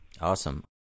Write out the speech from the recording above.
Awesome